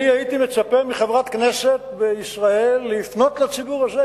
אני הייתי מצפה מחברת כנסת בישראל לפנות לציבור הזה,